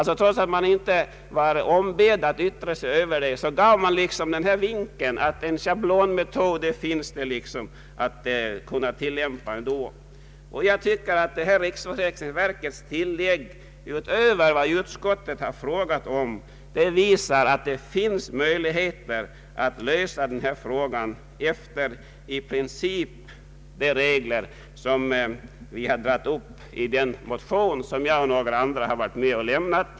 Trots att verket inte var ombett att yttra sig över detta förslag gav det dock denna vink att det fanns en schablonmetod att tillämpa. Jag tycker att riksförsäkringsverkets yttrande utöver vad utskottet har frågat om visar att det finns möjligheter att lösa detta problem i princip efter de regler som vi har angivit i den motion som jag och några andra ledamöter har avlämnat.